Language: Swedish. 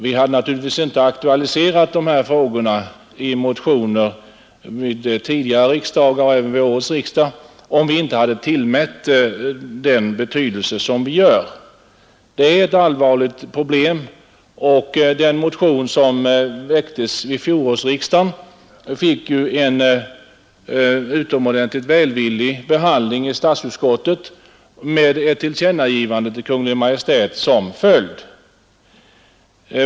Vi hade naturligtvis inte aktualiserat de här frågorna i motioner vid tidigare riksdagar och även vid årets riksdag, om vi inte tillmätt frågan den stora betydelse som vi gör. Det är ett allvarligt problem och den motion som väcktes vid fjolårets riksdag fick ju också en välvillig behandling i statsutskottet med ett tillkännagivande till Kungl. Maj:t som följd.